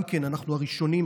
אנחנו הראשונים,